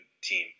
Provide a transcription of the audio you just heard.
team